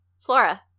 Flora